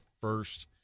first